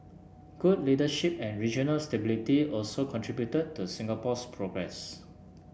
good leadership and regional stability also contributed to Singapore's progress